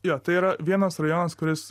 jo tai yra vienas rajonas kuris